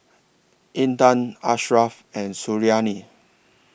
Intan Ashraf and Suriani